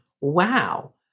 wow